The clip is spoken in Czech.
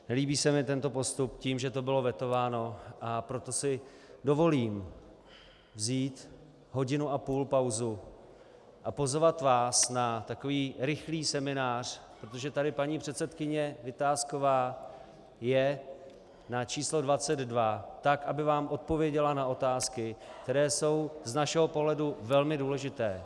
Nelíbí se mi tento postup tím, že to bylo vetováno, a proto si dovolím vzít hodinu a půl pauzu a pozvat vás na takový rychlý seminář, protože tady je paní předsedkyně Vitásková, na číslo 22, aby vám odpověděla na otázky, které jsou z našeho pohledu velmi důležité.